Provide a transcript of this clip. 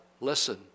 listen